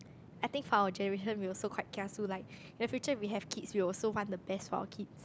I think for our generation we also quite kiasu like in the future we have kids we will also want the best for our kid